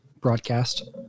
broadcast